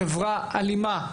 חברה אלימה.